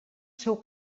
seu